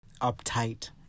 uptight